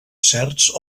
certs